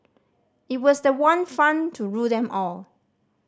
it was the one fund to rule them all